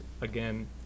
again